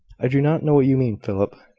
i do not know what you mean, philip.